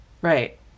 Right